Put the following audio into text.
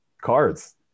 cards